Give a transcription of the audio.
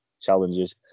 challenges